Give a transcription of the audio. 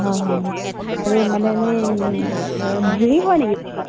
হয় হয় আৰু মানে এনেই ভিৰ হয় নেকি বহুত